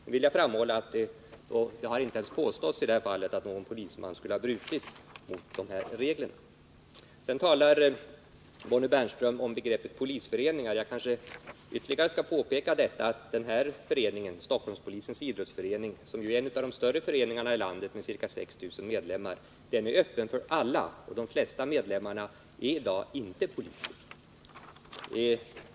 Jag vill framhålla att det i det här fallet inte ens påståtts att någon polisman skulle ha brutit mot de här reglerna. Bonnie Bernström använde begreppet polisföreningar. Jag kanske skall påpeka att Stockholmspolisens idrottsförening, som ju är en av de större föreningarna i landet med ca 6 000 medlemmar, är öppen för alla. De flesta medlemmarna är i dag inte poliser.